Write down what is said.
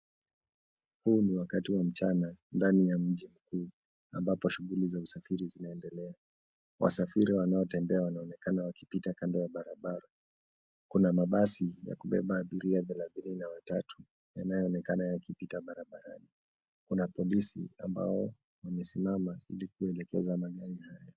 Huu ni wakati wa mchana ndani ya mji mkuu ambapo shughuli za usafiri zinaendelea wasafiri wanaotembea wanaonekana wakipita kando ya barabara kuna mabasi yakubeba abiria therathini na watatu yanayoonekana yakipita barabarani .kuna polisi ambao wamesimama ili kuelekeza magari haya.